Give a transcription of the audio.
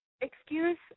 excuse